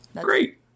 Great